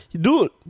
dude